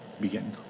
begin